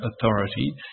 authority